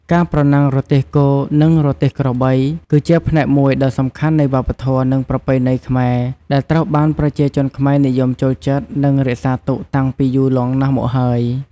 ការប្រណាំងរទេះគោ និងរទេះក្របី គឺជាផ្នែកមួយដ៏សំខាន់នៃវប្បធម៌ និងប្រពៃណីខ្មែរ ដែលត្រូវបានប្រជាជនខ្មែរនិយមចូលចិត្ត និងរក្សាទុកតាំងពីយូរលង់ណាស់មកហើយ។